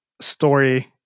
story